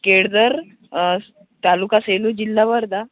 केडदर तालुका सेलू जिल्हा वर्धा